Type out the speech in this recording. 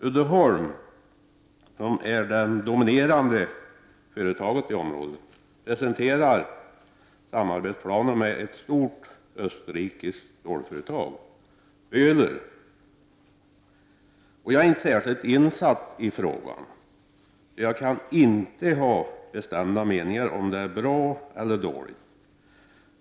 Uddeholm, som är det dominerande företaget i området, presenterar samarbetsplaner med ett stort österrikiskt stålföretag. Jag är inte särkilt insatt i frågan, och jag kan därför inte ha någon bestämd mening om huruvida det är bra eller dåligt.